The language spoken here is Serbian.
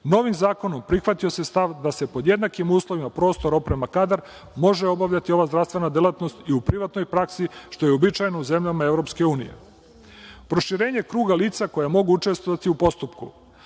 zakonom prihvatio se stav da se pod jednakim uslovima prostor, oprema, kadar, može obavljati ova zdravstvena delatnost i u privatnoj praksi, što je uobičajeno u zemljama Evropske unije. Proširenje kruga lica koja mogu učestvovati u postupku,